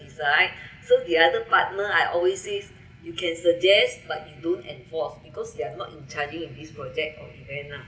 is like so the other partner I always says you can suggest but you don't enforce because they are not in charging in this project or event lah